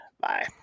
Bye